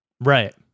right